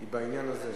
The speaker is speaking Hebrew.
היא בעניין הזה.